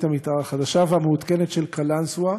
המתאר החדשה והמעודכנת של קלנסואה,